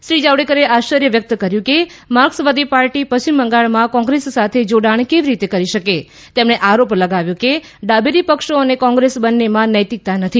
શ્રી જાવડેકરે આશ્ચર્ય વ્યક્ત કર્યું કે માર્ક્સવાદી પાર્ટી પશ્ચિમ બંગાળમાં કોંગ્રેસ સાથે જોડાણ કેવી રીતે કરી શકે તેમણે આરોપ લગાવ્યો કે ડાબેરી પક્ષો અને કોંગ્રેસ બંનેમાં નૈતિકતા નથી